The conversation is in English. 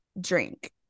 drink